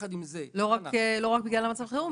עם זאת --- לא רק בגלל מצב החירום,